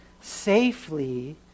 safely